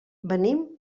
venim